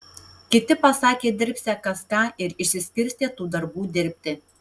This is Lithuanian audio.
kiti pasakė dirbsią kas ką ir išsiskirstė tų darbų dirbti